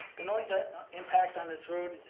the noise ah impact on this road